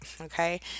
Okay